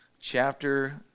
chapter